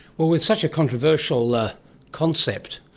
with such a controversial concept,